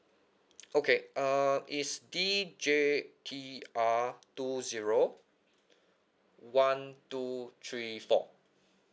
okay uh it's D J T R two zero one two three four